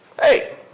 Hey